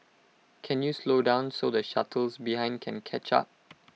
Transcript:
can you slow down so the shuttles behind can catch up